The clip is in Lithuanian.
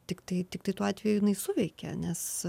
tiktai tiktai tuo atveju jinai suveikia nes